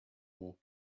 more